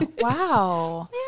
wow